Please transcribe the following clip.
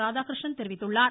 இராதாகிருஷ்ணன் தெரிவித்துள்ளார்